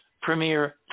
premier